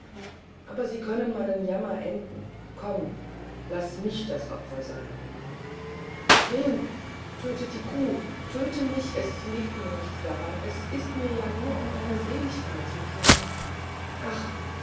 aber sie können meinen jammer enden komm und laß mich das opfer sein wilm töte die kuh töte mich es liegt mir nichts daran es ist mir ja nur um deine seligkeit zu tun ach